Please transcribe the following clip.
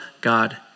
God